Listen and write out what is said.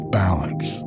balance